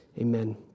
Amen